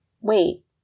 wait